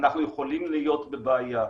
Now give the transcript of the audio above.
אנחנו יכולים להיות בבעיה.